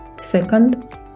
Second